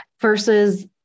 versus